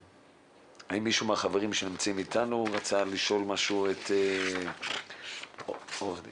האם מישהו מהחברים שנמצאים איתנו רצה לשאול משהו את עורך דין